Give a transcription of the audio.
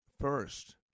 first